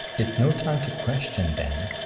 it's no time to question, then.